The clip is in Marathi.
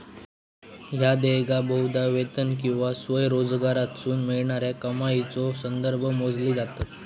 ह्या देयका बहुधा वेतन किंवा स्वयंरोजगारातसून मिळणाऱ्या कमाईच्यो संदर्भात मोजली जातत